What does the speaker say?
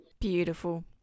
Beautiful